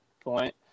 point